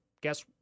guess